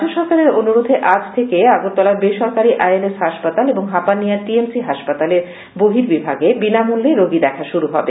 রাজ্য সরকারের অনুরোধে আজ থেকে আগরতলার বেসরকারী আই এল এস হাসপাতাল এবং হাপানিয়ার টি এম সি হাসপাতালের বহির্বিভাগে বিনামূল্যে রোগী দেখা শুরু হবে